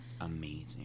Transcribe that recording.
Amazing